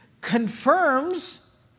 confirms